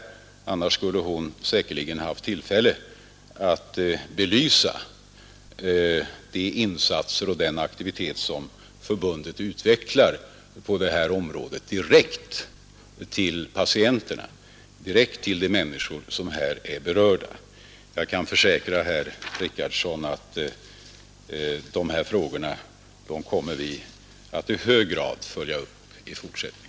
Annars hade hon säkerligen kunnat belysa de insatser och den aktivitet som förbundet utvecklar på detta område direkt till patienterna, direkt till de människor som här är berörda. Jag kan försäkra herr Richardson att de här frågorna kommer vi i hög grad att följa upp i fortsättningen.